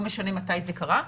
לא משנה מתי זה קרה.